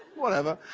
whatever.